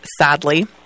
sadly